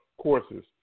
courses